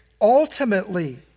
Ultimately